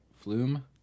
Flume